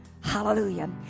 Hallelujah